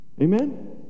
Amen